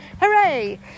Hooray